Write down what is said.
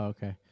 Okay